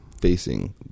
facing